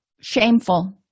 shameful